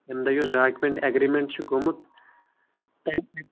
ییٚمہِ دۄہ یُس ڈاکمینٹ اگریمینٹ چُھ گوٚمُت تَمہِ